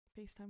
FaceTime